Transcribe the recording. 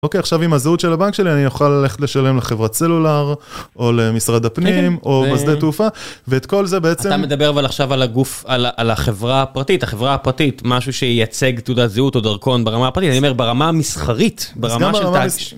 אוקיי עכשיו עם הזהות של הבנק שלי אני יוכל ללכת לשלם לחברת סלולר או למשרד הפנים או בשדה תעופה ואת כל זה בעצם. אתה מדבר אבל עכשיו על החברה הפרטית, החברה הפרטית משהו שייצג תעודת זהות או דרכון ברמה הפרטית, אני אומר ברמה המסחרית ברמה של טייס.